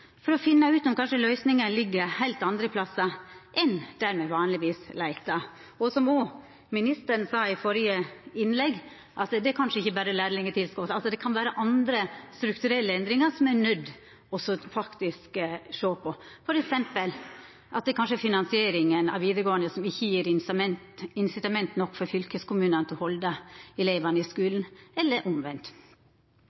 for å finna ut om kanskje løysinga ligg heilt andre plassar enn der me vanlegvis leitar. Som òg ministeren sa i førre innlegg: Det er kanskje ikkje berre lærlingtilskotet; det kan vera andre strukturelle endringar som ein er nøydd til å sjå på, f.eks. at det kanskje er finansieringa av vidaregåande som ikkje gjev incitament nok for fylkeskommunane til å halda elevane i